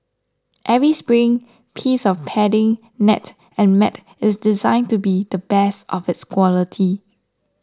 every spring piece of padding net and mat is designed to be the best of its quality